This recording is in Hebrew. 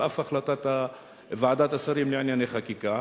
על אף החלטת ועדת השרים לענייני חקיקה,